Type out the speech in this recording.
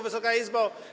Wysoka Izbo!